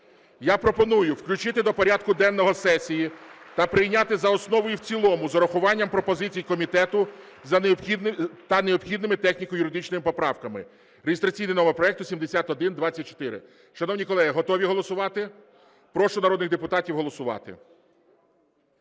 Я пропоную включити до порядку денного сесії та прийняти за основу та в цілому з урахуванням пропозицій комітету та необхідними техніко-юридичними поправками (реєстраційний номер проекту 7124). Шановні колеги, готові голосувати? Прошу народних депутатів голосувати.